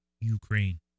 Ukraine